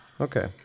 okay